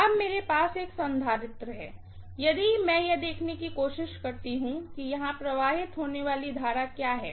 अब मेरे पास एक कपैसिटर है इसलिए यदि मैं यह देखने की कोशिश करती हूँ कि यहां प्रवाहित होने वाली करंट क्या है